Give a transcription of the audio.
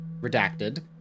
redacted